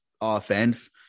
offense